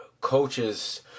coaches